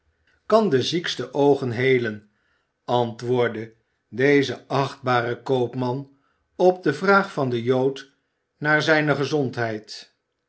kan de ziekste oogen heelen antwoordde deze achtbare koopman op de vraag van den jood naar zijne gezondheid